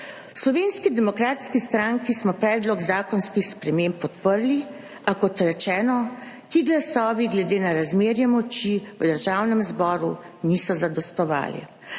Slovenski demokratski stranki smo predlog zakonskih sprememb podprli, a kot rečeno, ti glasovi glede na razmerje moči v Državnem zboru niso zadostovali.